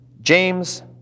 James